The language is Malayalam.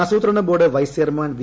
ആസൂത്രണ ബോർഡ് വൈസ് ചെയർമാൻ വി